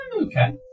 Okay